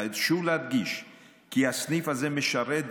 חשוב להדגיש כי הסניף הזה משרת,